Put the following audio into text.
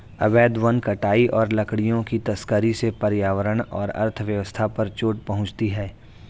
अवैध वन कटाई और लकड़ियों की तस्करी से पर्यावरण और अर्थव्यवस्था पर चोट पहुँचती है